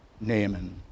Naaman